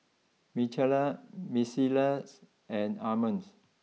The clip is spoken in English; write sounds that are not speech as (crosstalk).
Michaela Melissa (noise) and Armond